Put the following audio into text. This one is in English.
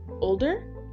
older